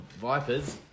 Vipers